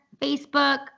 Facebook